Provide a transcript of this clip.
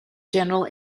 general